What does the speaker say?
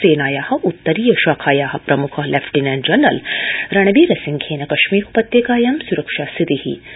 सेनायाः उत्तरीय शाखायाः प्रमुखः लेफ्टिनेंट जनरल रणबीर सिंहेन कश्मीरोत्पयकायां स्रक्षास्थिति समीक्षिता